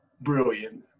brilliant